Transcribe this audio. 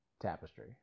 tapestry